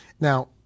Now